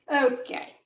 Okay